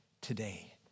today